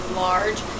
large